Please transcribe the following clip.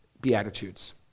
beatitudes